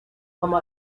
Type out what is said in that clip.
como